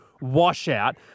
washout